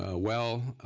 ah well